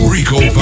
Rico